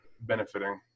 benefiting